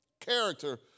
Character